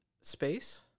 space